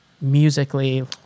musically